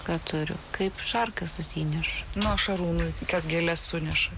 ką turiu kaip šarka susinešu nuo šarū kokias gėles suneša